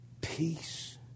peace